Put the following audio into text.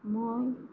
মই